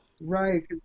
Right